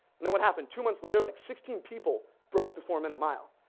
then what happened? two months later, like sixteen people broke the four-minute mile.